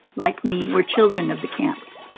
like me, were children of the camps